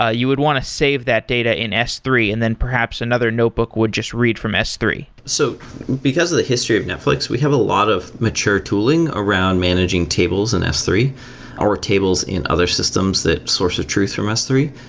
ah you would want to save that data in s three and then perhaps another notebook would just read from s three point so because of the history of netflix, we have a lot of mature tooling around managing tables in s three or tables in other systems that source of truth from s three.